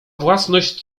własność